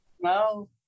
No